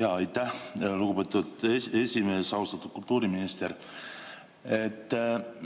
Aitäh, lugupeetud esimees! Austatud kultuuriminister!